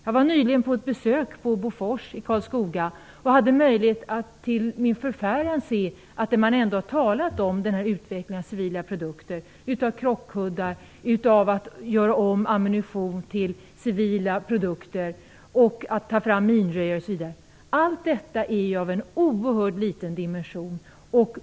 Jag var nyligen på ett besök på Bofors i Karlskoga, och till min förfäran såg jag att den utveckling av civila produkter man ändå har talat om - att utveckla krockkuddar, att göra om ammunition till civila produkter, att ta fram minröjare osv. - är av en oerhört liten dimension.